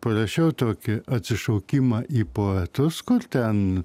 parašiau tokį atsišaukimą į poetus kur ten